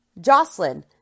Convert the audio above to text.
Jocelyn